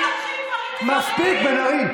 למה לוקחים גברים, מספיק, בן ארי.